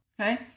okay